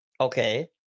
okay